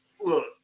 look